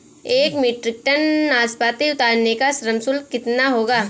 एक metric ton नाशपाती उतारने का श्रम शुल्क कितना होगा?